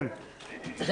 מה זאת אומרת?